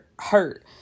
hurt